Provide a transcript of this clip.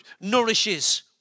nourishes